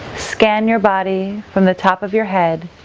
scan your body from the top of your head